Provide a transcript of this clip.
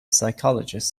psychologist